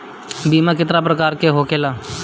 बीमा केतना प्रकार के होखे ला?